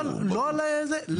אלעזר, ברור.